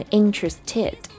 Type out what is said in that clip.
interested